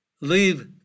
leave